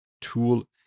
tool